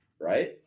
right